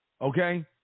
okay